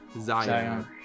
Zion